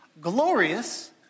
glorious